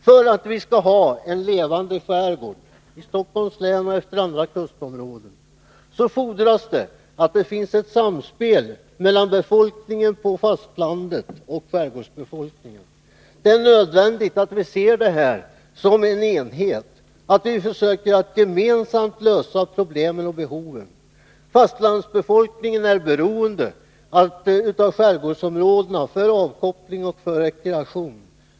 För att vi skall ha en levande skärgård, i Stockholms län och i andra kustområden, fordras det att det finns ett samspel mellan befolkningen på fastlandet och skärgårdsbefolkningen. Det är nödvändigt att vi ser detta som en enhet, att vi försöker att gemensamt lösa problemen och klara behoven. Fastlandsbefolkningen är beroende av skärgårdsområdena för avkoppling och rekreation.